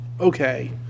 okay